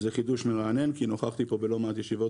זה חידוש מרענן כי נוכחתי פה בלא מעט ישיבות